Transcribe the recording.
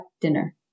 dinner